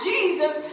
Jesus